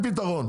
למינהל התכנון.